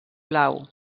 blau